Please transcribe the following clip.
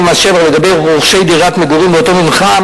ממס שבח לגבי רוכשי דירת מגורים באותו מתחם